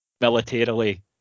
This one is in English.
militarily